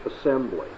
assembly